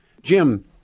Jim